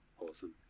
awesome